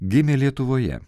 gimė lietuvoje